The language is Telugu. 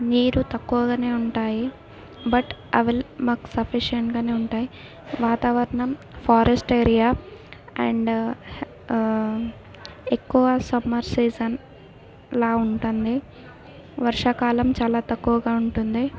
నీరు తక్కువగా ఉంటాయి బట్ అవిల్ మాకు సఫిషియంట్గా ఉంటాయి వాతావరణం ఫారెస్ట్ ఏరియా అండ్ ఎక్కువ సమ్మర్ సీజన్లాగ ఉంటుంది వర్షాకాలం చాలా తక్కువగా ఉంటుంది